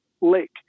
lake